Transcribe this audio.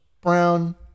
Brown